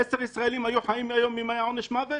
עשרה ישראלים היו חיים היום אם היה עונש מוות?